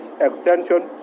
extension